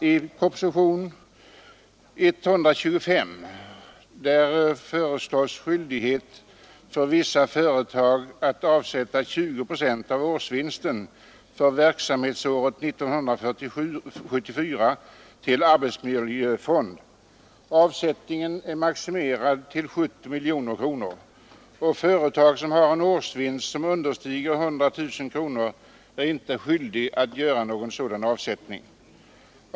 I propositionen 125 föreslås skyldighet för vissa företag att avsätta 20 procent av årsvinsten för verksamhetsåret 1974 till arbetsmiljöfond. Avsättningen är maximerad till 70 miljoner kronor. Företag som har en årsvinst understigande 100 000 kronor är inte skyldiga att göra någon sådan avsättning.